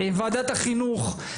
ועדת החינוך.